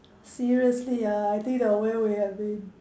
seriously ah I think the way we have been